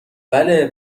بله